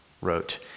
wrote